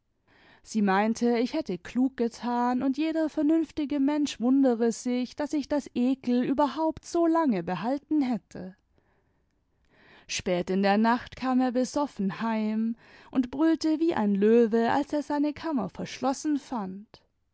sie meinte ich hätte klug getan und jeder vernünftige mensch wundere sich daß ich das ekel überhaupt so lange behalten hätte spät in der nacht kam er besoffen heim und brüllte wie ein löwe als er seine kammer verschlossen fand